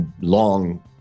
long